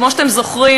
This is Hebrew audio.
כמו שאתם זוכרים,